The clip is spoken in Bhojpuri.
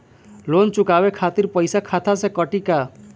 लोन चुकावे खातिर पईसा खाता से कटी का?